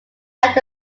out